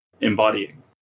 embodying